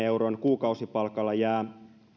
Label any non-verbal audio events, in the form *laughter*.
*unintelligible* euron kuukausipalkalla jää